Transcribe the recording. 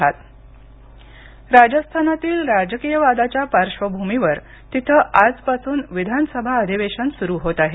राजस्थान विधानसभा राजस्थानातील राजकीय वादाच्या पार्श्वभूमीवर तिथं आजपासून विधानसभा अधिवेशन सुरू होत आहे